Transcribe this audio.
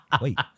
wait